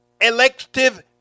elective